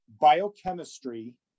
biochemistry